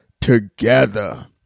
together